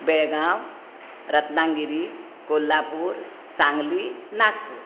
Belgaum Ratnagiri Kolhapur Sangli Nagpur